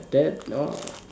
that know